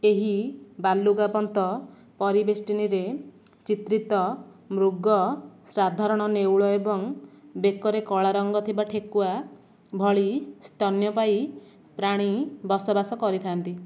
ଏହି ବାଲୁକାବନ୍ତ ପରିବେଷ୍ଟନୀରେ ଚିତ୍ରିତ ମୃଗ ସାଧାରଣ ନେଉଳ ଏବଂ ବେକରେ କଳା ରଙ୍ଗ ଥିବା ଠେକୁଆ ଭଳି ସ୍ତନ୍ୟପାୟୀ ପ୍ରାଣୀ ବସବାସ କରିଥାନ୍ତି